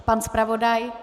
Pan zpravodaj?